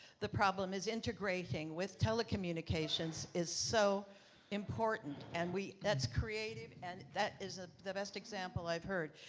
the problem is integrating with telecommunications is so important, and we that's creative and that is ah the best example i've heard.